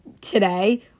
today